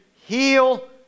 heal